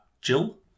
Jill